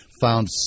found